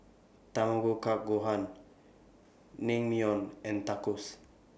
Tamago Kake Gohan Naengmyeon and Tacos